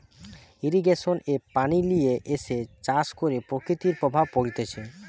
irrigation এ পানি লিয়ে এসে চাষ করে প্রকৃতির প্রভাব পড়তিছে